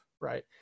right